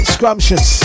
Scrumptious